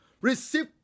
receive